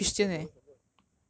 六六六 is the devil's number